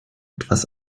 etwas